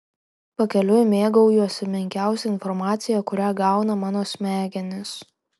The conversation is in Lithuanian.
pakeliui mėgaujuosi menkiausia informacija kurią gauna mano smegenys